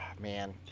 Man